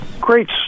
great